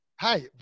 Hi